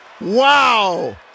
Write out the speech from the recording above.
wow